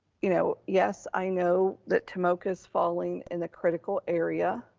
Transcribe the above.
you know, yes i know that tomoka is falling in the critical area.